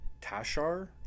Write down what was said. Tashar